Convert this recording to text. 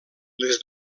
les